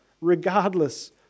regardless